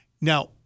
Now